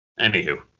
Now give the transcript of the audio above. Anywho